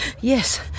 Yes